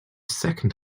second